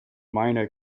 minor